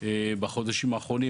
שבחודשים האחרונים,